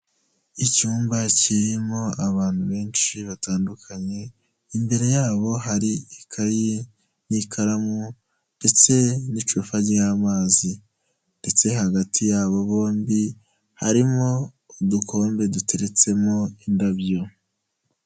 Icyumba kirimo abantu benshi batandukanye, imbere yabo hari ikayi n'ikaramu, ndetse n'icupa ry'amazi, ndetse hagati yabo bombi harimo udukombe duteretsemo indabyo.